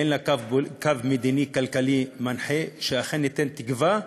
אין לה קו מדיני כלכלי מנחה שייתן תקווה,